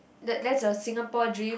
that that's a Singapore dream